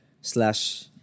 Slash